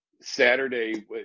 Saturday